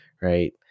right